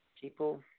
people